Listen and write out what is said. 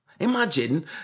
Imagine